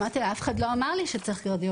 אמרתי לה: אף אחד לא אמר לי שצריך קרדיולוג.